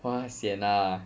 !wah! sian lah